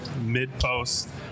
mid-post